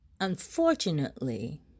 unfortunately